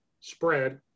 spread